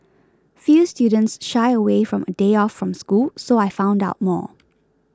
few students shy away from a day off from school so I found out more